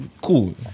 cool